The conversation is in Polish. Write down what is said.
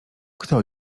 kto